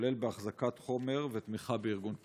כולל בהחזקת חומר ותמיכה בארגון טרור.